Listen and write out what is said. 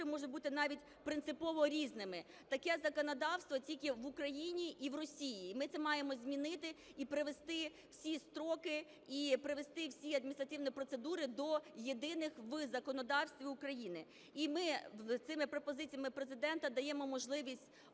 можуть бути навіть принципово різними. Таке законодавство тільки в Україні і в Росії, і ми це маємо змінити і привести всі строки, і привести всі адміністративні процедури до єдиних в законодавстві України. І ми цими пропозиціями Президента даємо можливість